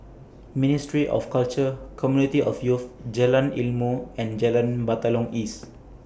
Ministry of Culture Community of Youth Jalan Ilmu and Jalan Batalong East